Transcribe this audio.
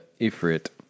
Ifrit